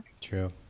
True